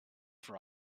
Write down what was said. for